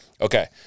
Okay